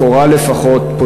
לכאורה לפחות,